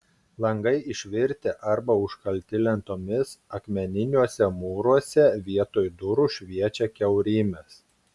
langai išvirtę arba užkalti lentomis akmeniniuose mūruose vietoj durų šviečia kiaurymės